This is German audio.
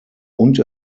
und